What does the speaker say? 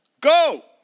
Go